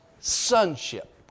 sonship